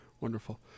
Wonderful